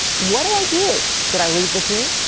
what do i do? should i leave the team?